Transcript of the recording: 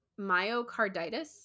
myocarditis